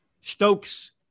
Stokes